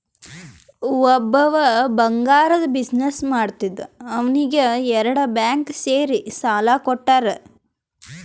ಒಬ್ಬವ್ ಬಂಗಾರ್ದು ಬಿಸಿನ್ನೆಸ್ ಮಾಡ್ತಿದ್ದ ಅವ್ನಿಗ ಎರಡು ಬ್ಯಾಂಕ್ ಸೇರಿ ಸಾಲಾ ಕೊಟ್ಟಾರ್